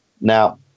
Now